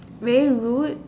very rude